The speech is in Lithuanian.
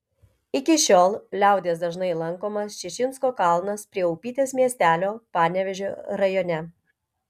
iki šiol liaudies dažnai lankomas čičinsko kalnas prie upytės miestelio panevėžio rajone